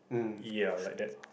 ya like that